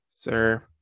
Sir